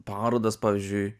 parodas pavyzdžiui